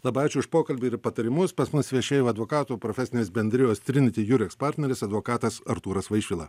labai ačiū už pokalbį ir patarimus pas mus viešėjo advokatų profesinės bendrijos triniti jureks partneris advokatas artūras vaišvila